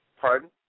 Pardon